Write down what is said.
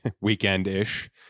weekend-ish